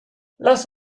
lass